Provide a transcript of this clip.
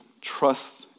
trust